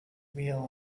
wheel